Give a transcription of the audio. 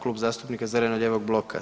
Klub zastupnika zeleno-lijevog bloka.